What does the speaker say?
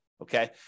Okay